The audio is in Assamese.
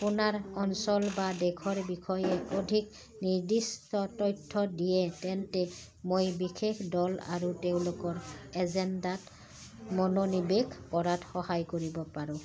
আপোনাৰ অঞ্চল বা দেশৰ বিষয়ে অধিক নিৰ্দিষ্ট তথ্য দিয়ে তেন্তে মই বিশেষ দল আৰু তেওঁলোকৰ এজেণ্ডাত মনোনিৱেশ কৰাত সহায় কৰিব পাৰোঁ